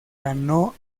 ganó